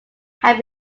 have